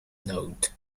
note